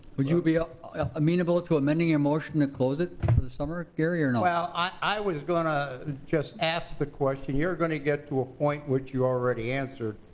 would you be ah amenable to amending your motion to close it for the summer, gary, or no? well, i was gonna just ask the question. you're gonna get to a point, which you already answered,